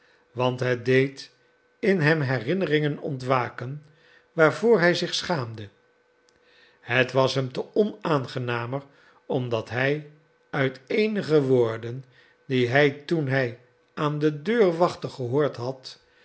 want het deed in hem herinneringen ontwaken waarvoor hij zich schaamde het was hem te onaangenamer omdat hij uit eenige woorden die hij toen hij aan de deur wachtte gehoord had